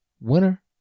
winner